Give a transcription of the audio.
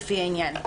לפי העניין".